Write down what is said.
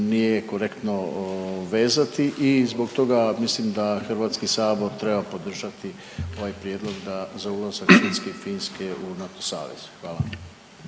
nije korektno vezati. I zbog toga mislim da Hrvatski sabor treba podržati ovaj prijedlog da za ulazak Švedske i Finske u NATO savez. Hvala.